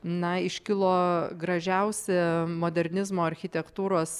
na iškilo gražiausi modernizmo architektūros